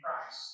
Christ